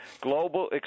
Global